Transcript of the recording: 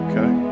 Okay